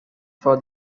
for